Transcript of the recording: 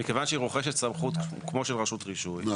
מכיוון שהיא רוכשת סמכות כמו של סמכות רישוי.